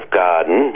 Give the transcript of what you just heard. garden